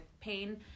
pain